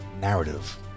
narrative